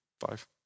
five